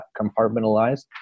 compartmentalized